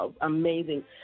amazing